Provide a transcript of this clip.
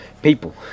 People